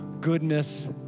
goodness